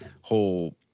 whole